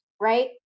right